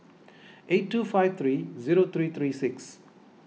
eight two five three zero three three six